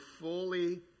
fully